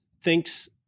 thinks